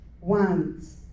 wants